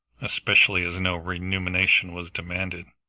especially as no remuneration was demanded.